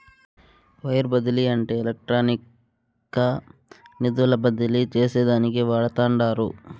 wire బదిలీ అంటే ఎలక్ట్రానిక్గా నిధులు బదిలీ చేసేదానికి వాడతండారు